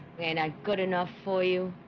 and i good enough for you